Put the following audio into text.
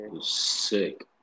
sick